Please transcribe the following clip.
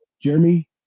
Jeremy